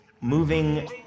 moving